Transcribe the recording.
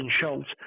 Schultz